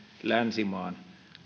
länsimaan